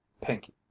Pinky